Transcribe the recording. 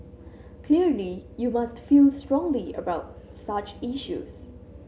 clearly you must feel strongly about such issues